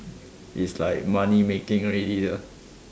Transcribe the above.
is like money making already sia